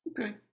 Okay